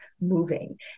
moving